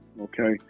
okay